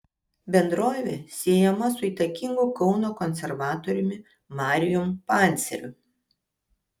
bendrovė siejama su įtakingu kauno konservatoriumi marijum panceriu